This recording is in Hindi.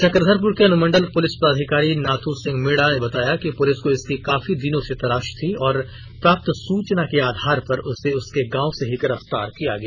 चक्रधरपुर के अनुमंडल पुलिस पदाधिकारी नाथ्र सिंह मीणा ने बताया कि पुलिस को इसकी काफी दिनों से तलाश थी और प्राप्त सूचना के आधार पर उसे उसके गांव से ही गिरफ्तार किया गया